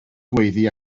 gweiddi